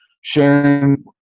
sharing